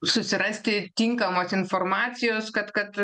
susirasti tinkamos informacijos kad kad